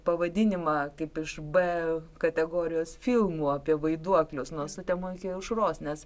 pavadinimą kaip iš b kategorijos filmų apie vaiduoklius nuo sutemų iki aušros nes